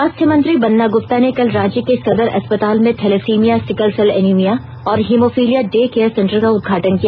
स्वास्थ्य मंत्री बन्ना ग्रुप्ता ने कल रांची के सदर अस्पताल में थैलेसिमिया सिकल सेल एनीमिया और हीमोफीलिया डे केयर सेंटर का उद्घाटन किया